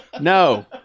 No